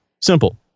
Simple